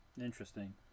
Interesting